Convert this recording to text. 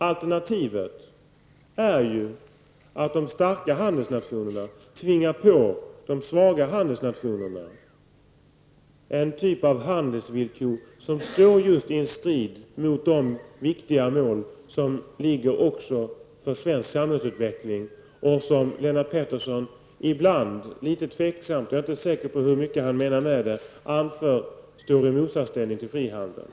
Alternativet är att de starka handelsnationerna tvingar på de svaga handelsnationerna en typ av handelsvillkor som just står i strid med de viktiga mål som gäller också för svensk samhällsutveckling och som Lennart Pettersson ibland litet tveksamt -- jag är inte säker på hur mycket han menar med det -- anför står i motsatsställning till frihandeln.